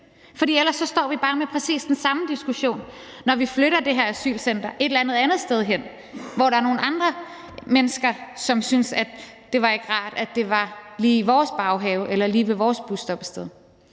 for ellers står vi bare med præcis den samme diskussion, når vi flytter det her asylcenter et eller andet andet sted hen, hvor der er nogle andre mennesker, som synes, at det ikke er rart, at det lige er i deres baghave eller ved deres busstoppested.